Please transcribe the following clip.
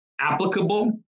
applicable